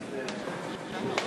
בהצלחה.